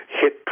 hit